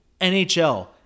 NHL